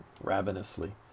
ravenously